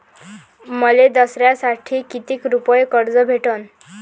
मले दसऱ्यासाठी कितीक रुपये कर्ज भेटन?